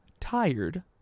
tired